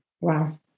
Wow